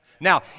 Now